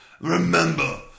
Remember